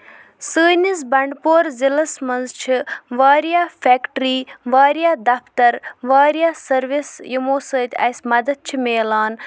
سٲنِس بنڈ پور ضلعس منٛز چھِ واریاہ فیکٹری واریاہ دَفتر واریاہ سٔروِس یِمو سۭتۍ اَسہِ مدد چھُ مِلان